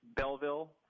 Belleville